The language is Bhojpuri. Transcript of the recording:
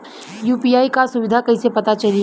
यू.पी.आई क सुविधा कैसे पता चली?